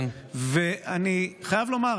אני חייב לומר,